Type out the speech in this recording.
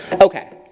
Okay